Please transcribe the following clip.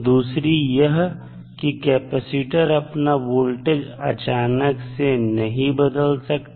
दूसरी यह की कैपेसिटर अपना वोल्टेज अचानक से नहीं बदल सकता